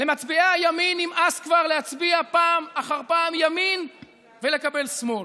למצביעי הימין נמאס כבר להצביע פעם אחר פעם ימין ולקבל שמאל.